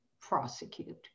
prosecute